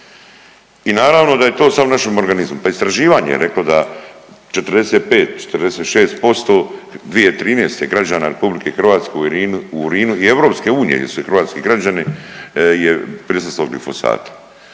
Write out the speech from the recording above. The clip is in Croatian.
i naravno da je to sad u našem organizmu. Pa istraživanje je reklo da 45-46% 2013. građana RH u urinu i EU gdje su hrvatski građani prisustvovali glifosatu.